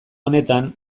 honetan